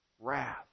wrath